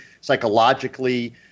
psychologically